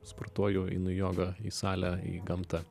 sportuoju einu į jogą į salę į gamtą